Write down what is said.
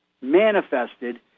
manifested